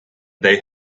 they